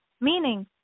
Meaning